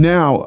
Now